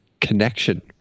connection